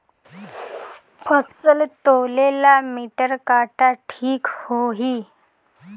फसल तौले ला मिटर काटा ठिक होही?